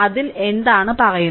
അതിൽ എന്താണ് പറയുന്നത്